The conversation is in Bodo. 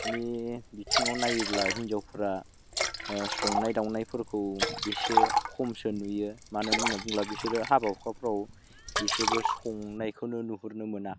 बिथिङाव नायोब्ला हिनजावफ्रा संनाय खावनायफोरखौ एसे खमसो नुयो मानो होननानै बुङोब्ला बिसोर हाबा हुखाफ्राव एसेबो संनायखौनो नुहरनो मोना